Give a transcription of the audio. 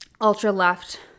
ultra-left